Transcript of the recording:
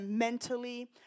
mentally